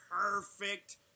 perfect